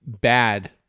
bad